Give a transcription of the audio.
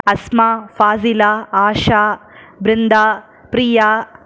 Asma Fazila Asha Brinda Priya